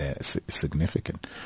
significant